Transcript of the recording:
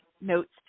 notes